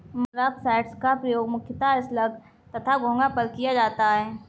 मोलॉक्साइड्स का प्रयोग मुख्यतः स्लग तथा घोंघा पर किया जाता है